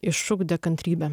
išugdė kantrybę